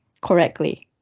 correctly